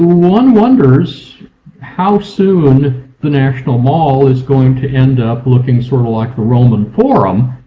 one wonders how soon the national mall is going to end up looking sort of like the roman forum,